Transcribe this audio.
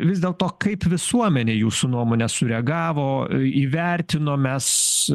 vis dėl to kaip visuomenė jūsų nuomone sureagavo į įvertino mes